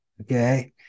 Okay